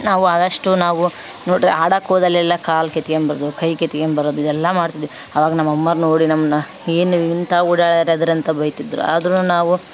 ನಾವು ಆದಷ್ಟು ನಾವು ನೋಡ್ರಿ ಆಡೋಕ್ ಹೋದಲ್ಲೆಲ್ಲ ಕಾಲು ಕೆತ್ಕೊಂದ್ ಬರೊದು ಕೈ ಕೆತ್ಕೊಂದ್ ಬರೊದು ಇದೆಲ್ಲ ಮಾಡ್ತಿದ್ವಿ ಅವಾಗ ನಮ್ಮ ಅಮ್ಮವ್ರು ನೋಡಿ ನಮ್ಮನ್ನ ಏನು ಇಂತ ಓಡಾದಿಡ್ರಂತ ಬೈತಿದ್ರು ಆದರು ನಾವು